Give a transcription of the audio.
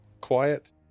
quiet